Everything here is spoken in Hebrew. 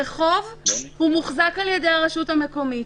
הרחוב מוחזק על ידי הרשות המקומית,